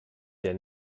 der